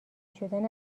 شدن